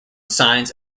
signs